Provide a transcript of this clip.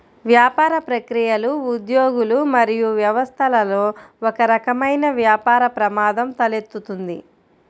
వ్యాపార ప్రక్రియలు, ఉద్యోగులు మరియు వ్యవస్థలలో ఒకరకమైన వ్యాపార ప్రమాదం తలెత్తుతుంది